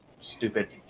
stupid